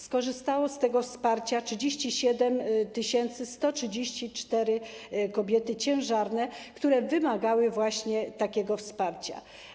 Skorzystały z tego wsparcia 37 134 kobiety ciężarne, które wymagały właśnie takiego wsparcia.